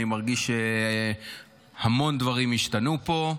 אני מרגיש שהמון דברים השתנו פה,